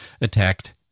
attacked